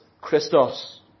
Christos